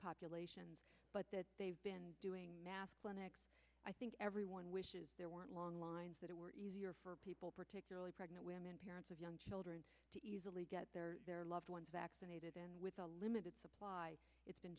population but they've been doing mass clinics i think everyone wishes there were long lines that were easier for people particularly pregnant women parents of young children to easily get their loved ones vaccinated and with a limited supply it's been